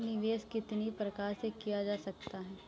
निवेश कितनी प्रकार से किया जा सकता है?